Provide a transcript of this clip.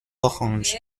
orange